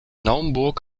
naumburg